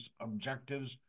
objectives